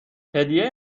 هدیه